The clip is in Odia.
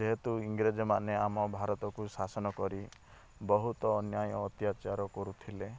ଯେହେତୁ ଇରେଂଜ ମାନେ ଆମ ଭାରତକୁ ଶାସନ କରି ବହୁତ ଅନ୍ୟାୟ ଅତ୍ୟାଚାର କରୁଥିଲେ